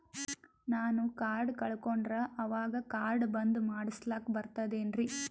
ನಾನು ಕಾರ್ಡ್ ಕಳಕೊಂಡರ ಅವಾಗ ಕಾರ್ಡ್ ಬಂದ್ ಮಾಡಸ್ಲಾಕ ಬರ್ತದೇನ್ರಿ?